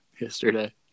yesterday